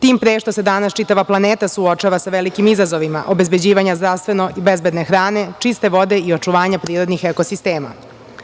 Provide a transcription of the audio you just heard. Tim pre što se danas čitava planeta suočava sa velikim izazovima, obezbeđivanja zdravstveno i bezbedne hrane, čiste vode i očuvanja prirodnih ekosistema. Na